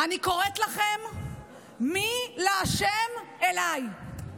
אני קוראת לכם: "מי לה' אלי".